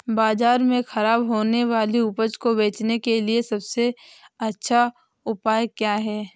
बाज़ार में खराब होने वाली उपज को बेचने के लिए सबसे अच्छा उपाय क्या हैं?